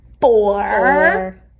four